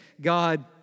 God